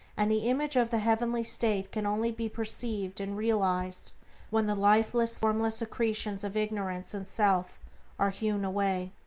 and the image of the heavenly state can only be perceived and realized when the lifeless, formless accretions of ignorance and self are hewn away.